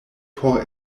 por